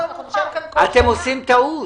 אתם עושים טעות.